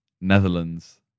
Netherlands